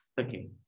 Okay